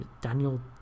Daniel